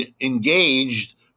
engaged